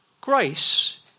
Grace